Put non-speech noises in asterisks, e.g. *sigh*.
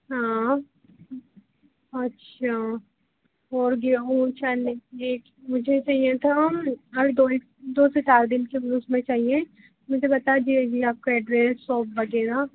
हाँ अच्छा और गेंहू चने यह मुझे चाहिए था *unintelligible* दो से चार दिन के लिए उसमें चाहिए मुझे बता दिया गया आपका एड्रैस और *unintelligible* हाँ